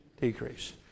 Decrease